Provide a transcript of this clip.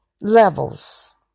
levels